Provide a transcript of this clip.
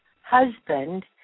husband